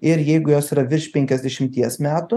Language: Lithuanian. ir jeigu jos yra virš penkiasdešimties metų